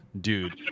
Dude